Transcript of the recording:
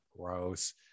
gross